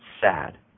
sad